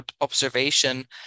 observation